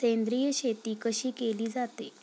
सेंद्रिय शेती कशी केली जाते?